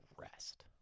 rest